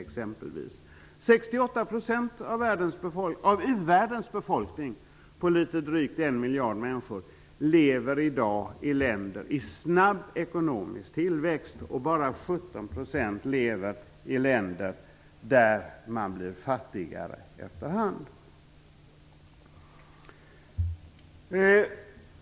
Det är i dag 68 % av u-världens befolkning, på litet drygt 1 miljard människor, som lever i länder i snabb ekonomisk tillväxt, och bara 17 % lever i länder där man blir fattigare efter hand.